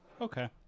Okay